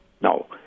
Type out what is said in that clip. No